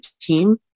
team